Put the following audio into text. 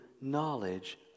knowledge